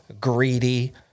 greedy